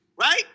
Right